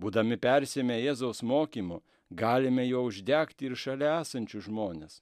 būdami persiėmę jėzaus mokymu galime juo uždegti ir šalia esančius žmones